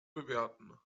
bewerten